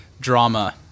drama